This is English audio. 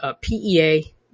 PEA